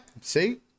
see